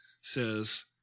says